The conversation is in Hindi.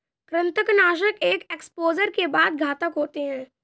कृंतकनाशक एक एक्सपोजर के बाद घातक होते हैं